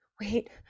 wait